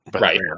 right